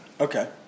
Okay